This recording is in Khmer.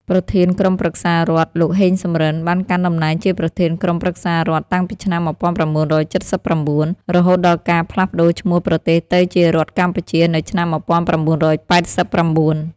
ប្រធានក្រុមប្រឹក្សារដ្ឋ លោក ហេង សំរិន បានកាន់តំណែងជាប្រធានក្រុមប្រឹក្សារដ្ឋតាំងពីឆ្នាំ ១៩៧៩ រហូតដល់ការផ្លាស់ប្ដូរឈ្មោះប្រទេសទៅជារដ្ឋកម្ពុជានៅឆ្នាំ ១៩៨៩ ។